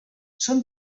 són